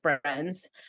friends